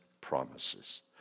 promises